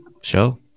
show